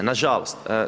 Nažalost.